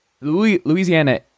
louisiana